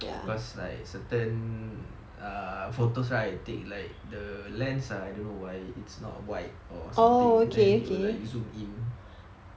because like certain err photos I take like the lens ah I don't know why it's not wide or something then it will like zoom in